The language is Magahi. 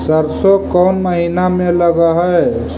सरसों कोन महिना में लग है?